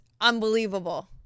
unbelievable